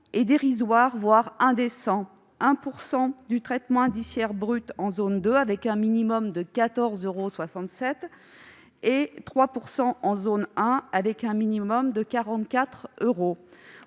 est dérisoire, voire indécent : 1 % du traitement indiciaire brut en zone 2, avec un minimum de 14,67 euros ; 3 % en zone 1, avec un minimum de 44 euros.